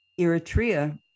Eritrea